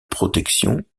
protection